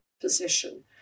position